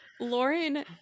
Lauren